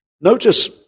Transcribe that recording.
notice